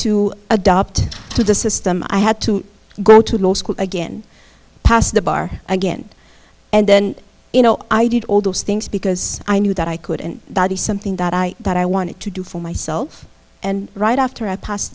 to adopt to the system i had to go to law school again pass the bar again and then you know i did all those things because i knew that i couldn't be something that i wanted to do for myself and right after i pass